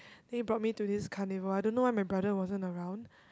then he brought me to this carnival I don't know why my brother wasn't around